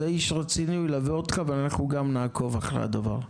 זה איש רציני הוא ילווה אותך ואנחנו גם נעקוב אחרי הדבר.